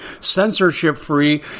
censorship-free